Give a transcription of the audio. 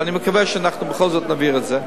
ואני מקווה שאנחנו בכל זאת נעביר את זה.